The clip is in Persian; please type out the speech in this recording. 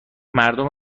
مردم